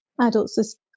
adults